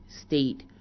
state